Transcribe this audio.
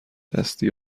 دستی